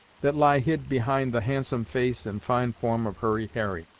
that lie hid behind the handsome face and fine form of hurry harry.